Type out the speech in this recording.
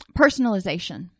Personalization